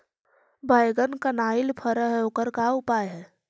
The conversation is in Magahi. बैगन कनाइल फर है ओकर का उपाय है?